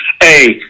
Hey